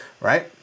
right